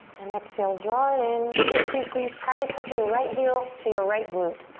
and exhale, draw it in. squeeze, squeeze, squeeze. try to touch your right heel to your right glute.